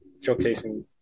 Showcasing